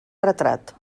retrat